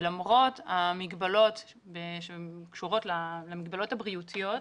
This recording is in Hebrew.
ולמרות המגבלות שקשורות למגבלות הבריאותיות,